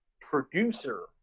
producer